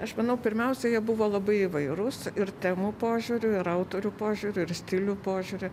aš manau pirmiausia jie buvo labai įvairūs ir temų požiūriu ir autorių požiūriu ir stilių požiūriu